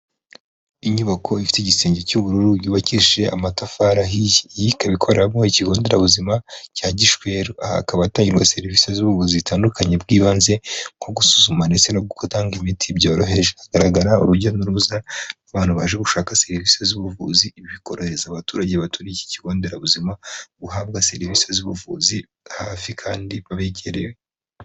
Inyubako ifite igisenge cy'ubururu yubakishije amatafari ahiye. Iyi ikaba ikoreramo ikigo nderabuzima cya Gishwera. Aha hakaba hatangirwa serivisi z'ubuvuzi zitandukanye bw'ibanze, nko gusuzuma ndetse no gutanga imiti byoroheje. Hagaragara urujya n'uruza rw'abantu baje gushaka serivisi z'ubuvuzi, ibi bikorohereza abaturage baturiye iki kigo nderabuzima guhabwa serivisi z'ubuvuzi hafi kandi babegereye.